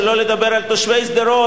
ושלא לדבר על תושבי שדרות,